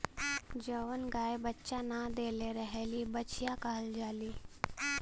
जवन गाय बच्चा न देले रहेली बछिया कहल जाली